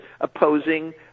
opposing